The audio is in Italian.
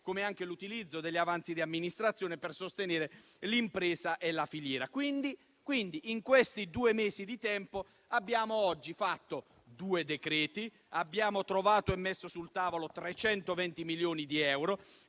come anche l'utilizzo degli avanzi di amministrazione per sostenere l'impresa e la filiera. In questi due mesi di tempo abbiamo fatto due decreti, trovando e mettendo sul tavolo 320 milioni di euro,